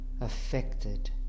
affected